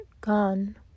gone